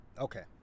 Okay